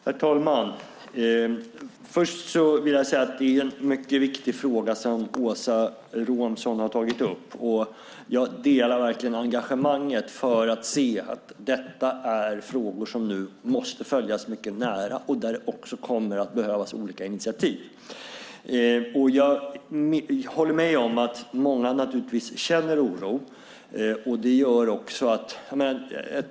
Herr talman! Först vill jag säga att det är en mycket viktig fråga som Åsa Romson har tagit upp. Jag delar verkligen engagemanget för att se att detta är frågor som nu måste följas mycket nära och där det också kommer att behövas olika initiativ. Jag håller med om att många naturligtvis känner oro.